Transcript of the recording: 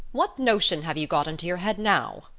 what notion have you got into your head now?